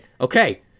okay